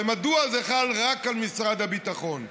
ומדוע זה חל רק על משרד הביטחון.